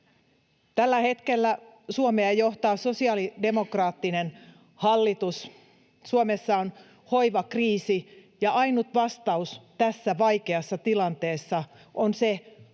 Tällä hetkellä Suomea johtaa sosiaalidemokraattinen hallitus. Suomessa on hoivakriisi, ja ainut vastaus tässä vaikeassa tilanteessa on se,